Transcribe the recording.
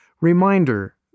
Reminder